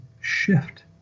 shift